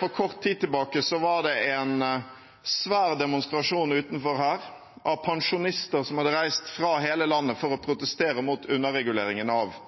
For kort tid siden var det en svær demonstrasjon utenfor her av pensjonister som hadde reist fra hele landet for å protestere mot underreguleringen av